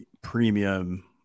premium